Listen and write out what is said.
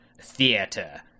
theater